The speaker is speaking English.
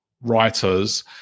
writers –